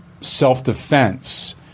self-defense